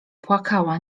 płakała